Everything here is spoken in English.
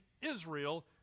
Israel